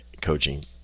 coaching